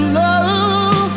love